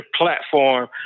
platform